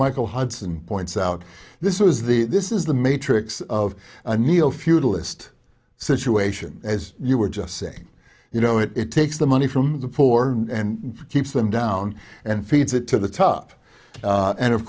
michael hudson points out this is the this is the matrix of a neo feudalist situation as you were just saying you know it takes the money from the poor and keeps them down and feeds it to the top and of